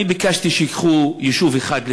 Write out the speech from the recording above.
אני ביקשתי שייקחו יישוב אחד,